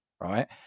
right